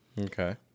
Okay